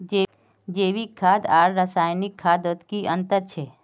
जैविक खाद आर रासायनिक खादोत की अंतर छे?